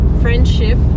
Friendship